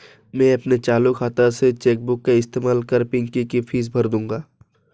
मैं अपने चालू खाता से चेक बुक का इस्तेमाल कर पिंकी की फीस भर दूंगा